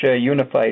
Unified